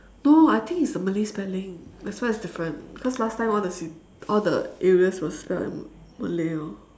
no I think it's the malay spelling that's why it's different cause last time all the all the areas were spelled in malay orh